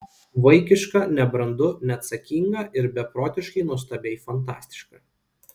vaikiška nebrandu neatsakinga ir beprotiškai nuostabiai fantastiška